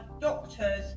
doctors